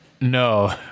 No